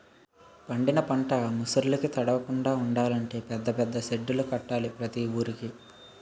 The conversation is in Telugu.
పండిన పంట ముసుర్లుకి తడవకుండలంటే పెద్ద పెద్ద సెడ్డులు కట్టాల ప్రతి వూరికి